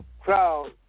crowd